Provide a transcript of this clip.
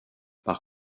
par